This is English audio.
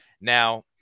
Now